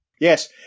Yes